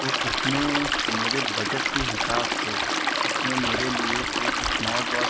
तो उसने मेरे बजट के हिसाब से उसने मेरे लिए एक इस्मार्वाच